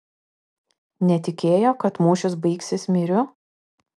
netikėjo kad mūšis baigsis myriu